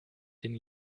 den